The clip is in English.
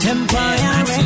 Empire